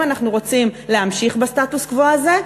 אנחנו רוצים להמשיך בסטטוס-קוו הזה,